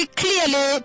clearly